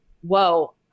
whoa